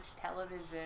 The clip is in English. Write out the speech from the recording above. television